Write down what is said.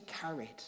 carried